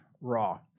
raw